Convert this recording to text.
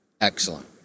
Excellent